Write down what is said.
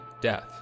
death